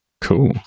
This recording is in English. Cool